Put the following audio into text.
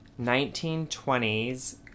1920s